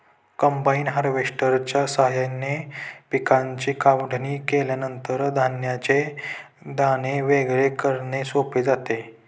combine हार्वेस्टरच्या साहाय्याने पिकांची काढणी केल्यानंतर धान्याचे दाणे वेगळे करणे सोपे जाते